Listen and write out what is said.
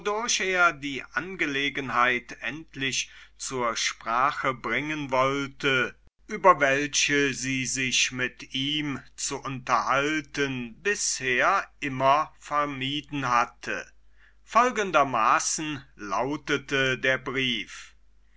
die angelegenheit endlich zur sprache bringen wollte über welche sie sich mit ihm zu unterhalten bisher immer vermieden hatte folgendermaßen lautete der brief